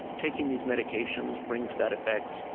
taking these medications brings about effects,